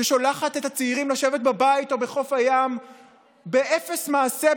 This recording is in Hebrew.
ששולחת את הצעירים לשבת בבית או בחוף הים באפס מעשה,